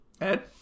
Ed